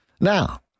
Now